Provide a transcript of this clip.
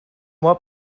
what